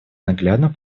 наглядно